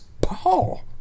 Paul